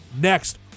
next